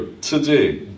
today